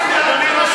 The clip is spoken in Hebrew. זו מדינתנו.